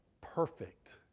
perfect